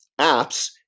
apps